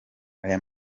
ayo